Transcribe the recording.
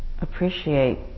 appreciate